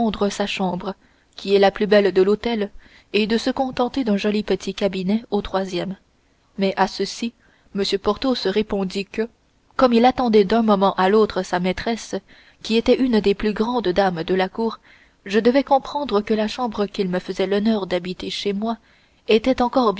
sa chambre qui est la plus belle de l'hôtel et de se contenter d'un joli petit cabinet au troisième mais à ceci m porthos répondit que comme il attendait d'un moment à l'autre sa maîtresse qui était une des plus grandes dames de la cour je devais comprendre que la chambre qu'il me faisait l'honneur d'habiter chez moi était encore